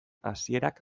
hasierak